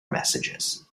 messages